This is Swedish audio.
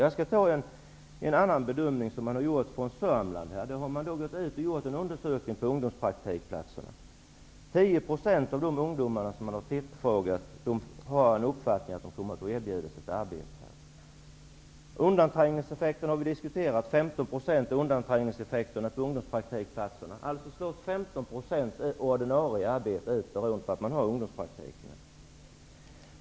Jag skall redogöra för en annan bedöming som man har gjort i Sörmland. Man har där gjort en undersökning om undomspraktikplatserna. 10 % av de ungdomar som man har tillfrågat har uppfattningen att de kommer att erbjudas ett arbete. Vi har här diskuterat undanträngningseffekter. ordinarie arbeten ut beroende på att man har ungdomspraktik.